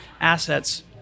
assets